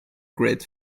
great